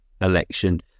election